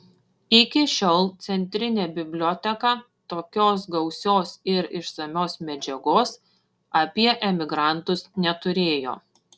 iki šiol centrinė biblioteka tokios gausios ir išsamios medžiagos apie emigrantus neturėjo